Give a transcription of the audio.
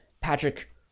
Patrick